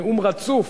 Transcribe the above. נאום רצוף.